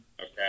okay